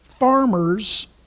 Farmers